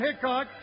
Hickok